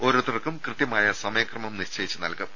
ഓരോരുത്തർക്കും കൃത്യമായ സമയക്രമം നിശ്ചയിച്ച് നൽകും